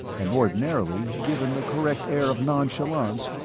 and ordinarily given the correct air of nonchalance,